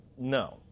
no